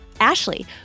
Ashley